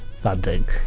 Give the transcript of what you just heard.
Funding